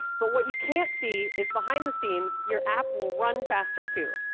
but what you can't see is behind the scenes your app will run faster, too.